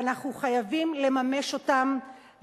ואנחנו חייבים לממש אותן,